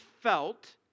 felt